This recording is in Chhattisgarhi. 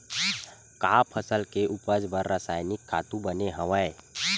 का फसल के उपज बर रासायनिक खातु बने हवय?